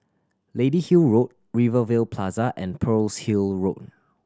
Lady Hill Road Rivervale Plaza and Pearl's Hill Road